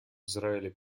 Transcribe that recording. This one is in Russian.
израиле